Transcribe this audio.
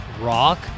rock